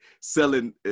selling